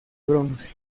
bronce